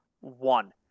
one